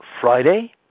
Friday